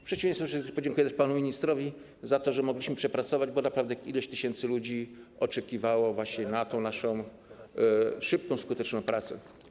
W przeciwieństwie do wszystkich podziękuję też panu ministrowi za to, że mogliśmy to przepracować, bo naprawdę ileś tysięcy ludzi oczekiwało właśnie na naszą szybką, skuteczną pracę.